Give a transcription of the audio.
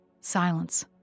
Silence